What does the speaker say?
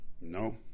No